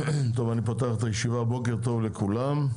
אני פותח את הישיבה, בוקר טוב לכולם.